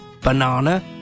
banana